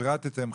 פירטתם,